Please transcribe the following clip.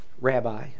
rabbi